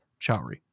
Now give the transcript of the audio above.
Chowry